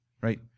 right